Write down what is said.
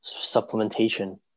Supplementation